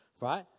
Right